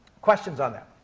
questions on that?